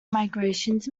migrations